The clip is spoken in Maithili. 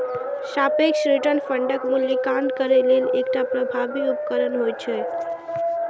सापेक्ष रिटर्न फंडक मूल्यांकन करै लेल एकटा प्रभावी उपकरण होइ छै